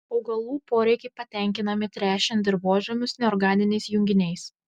augalų poreikiai patenkinami tręšiant dirvožemius neorganiniais junginiais